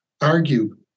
argue